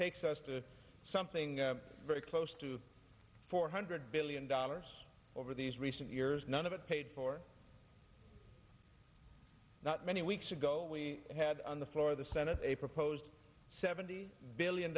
takes us to something very close to four hundred billion dollars over these recent years none of it paid for not many weeks ago we had on the floor of the senate a proposed seventy billion